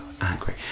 angry